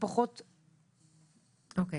אוקי.